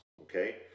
okay